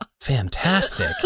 Fantastic